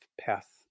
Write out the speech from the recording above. path